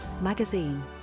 magazine